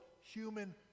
human